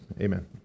Amen